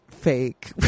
fake